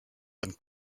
and